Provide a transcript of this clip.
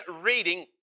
reading